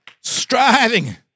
Striving